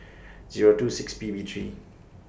Zero two six P B three